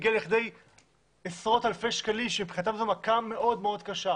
הגיע לכדי עשרות אלפי שקלים שמבחינתם זו מכה מאוד מאוד קשה.